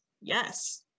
yes